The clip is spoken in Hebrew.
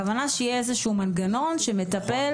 הכוונה שיהיה איזשהו מנגנון שמטפל